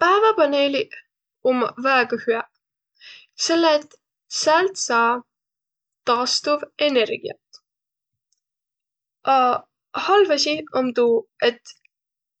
Pääväpaneeliq ummaq väega hüäq, selle et säält saa taastuvenergiat. Aq halv asi om tuu, et